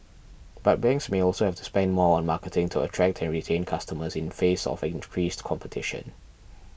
but banks may also have to spend more on marketing to attract and retain customers in face of increased competition